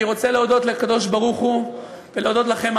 אני רוצה להודות לקדוש-ברוך-הוא ולהודות לכם,